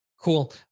Cool